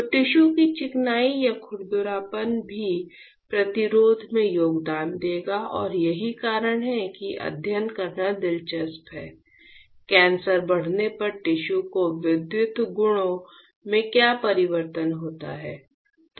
तो टिश्यू की चिकनाई या खुरदरापन भी प्रतिरोध में योगदान देगा और यही कारण है कि अध्ययन करना दिलचस्प है कैंसर बढ़ने पर टिश्यू के विद्युत गुणों में क्या परिवर्तन होता है